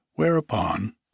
whereupon